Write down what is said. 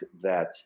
that-